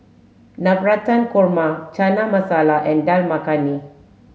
Navratan Korma Chana Masala and Dal Makhani